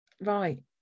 Right